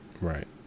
Right